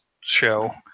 show